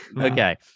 okay